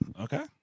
Okay